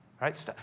Right